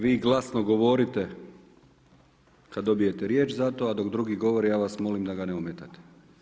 Vi glasno govorite kad dobijete riječ za to, a dok drugi govore ja vas molim da ga ne ometate.